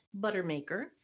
Buttermaker